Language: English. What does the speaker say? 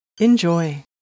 Enjoy